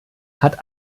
hat